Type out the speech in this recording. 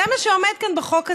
זה מה שעומד כאן בחוק הזה.